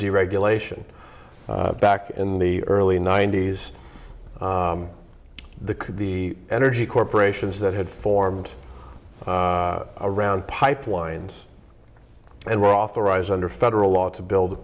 deregulation back in the early ninety's the the energy corporations that had formed around pipelines and were authorized under federal law to build